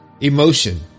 emotion